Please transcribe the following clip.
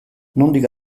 nondik